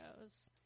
shows